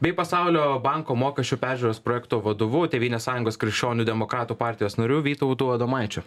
bei pasaulio banko mokesčių peržiūros projekto vadovu tėvynės sąjungos krikščionių demokratų partijos nariu vytautu adomaičiu